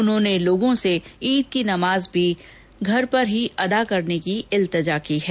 उन्होंने लोगों से ईद की नमाज भी घरे पर अदा करने की इल्तेजा की है